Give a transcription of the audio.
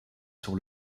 sur